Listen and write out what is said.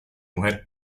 mujer